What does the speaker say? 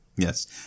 Yes